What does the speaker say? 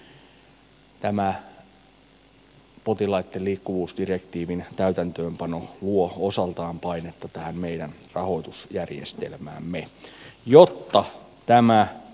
tämä potilaitten liikkuvuusdirektiivin täytäntöönpano luo osaltaan painetta tähän meidän rahoitusjärjestelmäämme